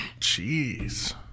Jeez